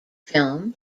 film